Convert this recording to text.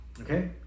Okay